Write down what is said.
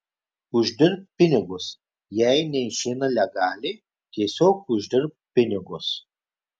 uždirbk pinigus jei neišeina legaliai tiesiog uždirbk pinigus